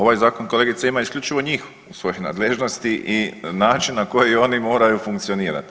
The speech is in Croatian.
Ovaj zakon kolegice ima isključivo njih u svojoj nadležnosti i način na koji oni moraju funkcionirati.